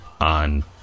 on